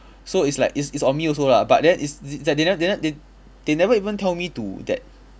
so it's like it's it's on me also lah but then it's it's like they ne~ they ne~ they they never even tell me to that